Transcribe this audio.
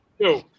Two